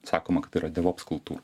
sakoma kad yra devops